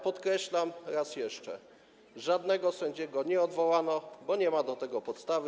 Podkreślam raz jeszcze: żadnego sędziego nie odwołano, bo nie ma do tego podstawy.